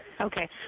Okay